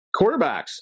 quarterbacks